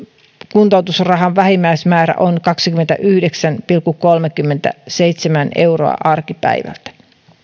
kuntoutusrahan vähimmäismäärä on kaksikymmentäyhdeksän pilkku kolmekymmentäseitsemän euroa arkipäivältä